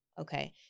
Okay